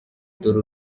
dore